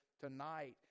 tonight